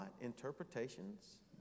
interpretations